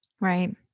right